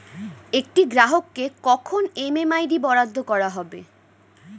একটি গ্রাহককে কখন এম.এম.আই.ডি বরাদ্দ করা হবে?